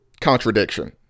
contradiction